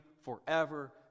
forever